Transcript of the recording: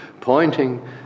pointing